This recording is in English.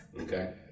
okay